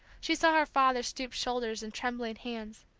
she saw her father's stooped shoulders and trembling hands,